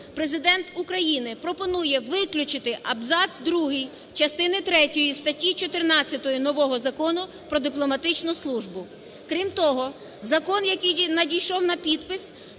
Президент України пропонує виключити абзац другий частини третьої статті 14 нового закону "Про дипломатичну службу". Крім того, закон, який надійшов на підпис,